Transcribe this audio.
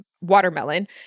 watermelon